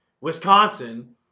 Wisconsin